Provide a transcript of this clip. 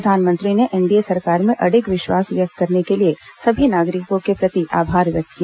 प्रधानमंत्री ने एनडीए सरकार में अडिग विश्वास व्यक्त करने के लिए नागरिकों के प्रति आभार व्यक्त किया